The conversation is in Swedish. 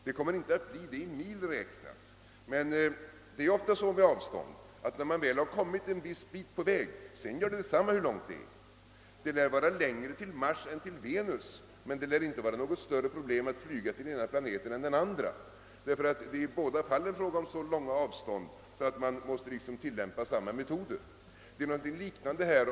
Det kommer inte att bli lika stort i mil räknat, men det är ofta så med avstånd att när man väl har kommit en viss bit på väg betyder det mindre hur lång sträckan är. Det lär vara längre till Mars än till Venus, men det lär inte vara något större problem att flyga till den ena planeten än till den andra därför att det i båda fallen är fråga om så långa avstånd att man måste tillämpa samma metoder. Det är ett liknande förhållande här.